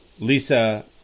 Lisa